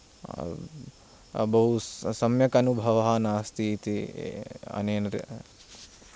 बहु सम्यक् अनुभवः नास्ति इति अनेन